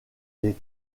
des